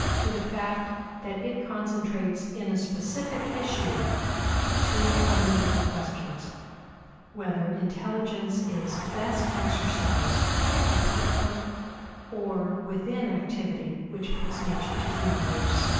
to the fact that it concentrates in a specific issue two fundamental questions whether intelligence is best exercised apart from or within activity which puts nature to human use,